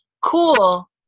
cool